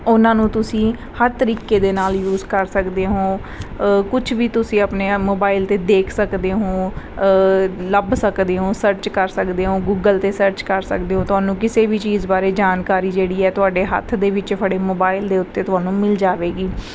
ਉਹਨਾਂ ਨੂੰ ਤੁਸੀਂ ਹਰ ਤਰੀਕੇ ਦੇ ਨਾਲ ਯੂਜ਼ ਕਰ ਸਕਦੇ ਹੋ ਕੁਛ ਵੀ ਤੁਸੀਂ ਆਪਣੇ ਆਪ ਮੋਬਾਈਲ 'ਤੇ ਦੇਖ ਸਕਦੇ ਹੋ ਲੱਭ ਸਕਦੇ ਹੋ ਸਰਚ ਕਰ ਸਕਦੇ ਹੋ ਗੂਗਲ 'ਤੇ ਸਰਚ ਕਰ ਸਕਦੇ ਹੋ ਤੁਹਾਨੂੰ ਕਿਸੇ ਵੀ ਚੀਜ਼ ਬਾਰੇ ਜਾਣਕਾਰੀ ਜਿਹੜੀ ਹੈ ਤੁਹਾਡੇ ਹੱਥ ਦੇ ਵਿੱਚ ਫੜੇ ਮੋਬਾਇਲ ਦੇ ਉੱਤੇ ਤੁਹਾਨੂੰ ਮਿਲ ਜਾਵੇਗੀ